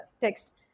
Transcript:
text